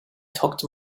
talked